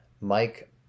Mike